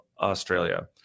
Australia